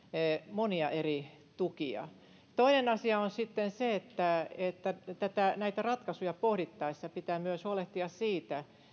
monia eri tukia toinen asia on sitten se että että näitä ratkaisuja pohdittaessa pitää myös huolehtia siitä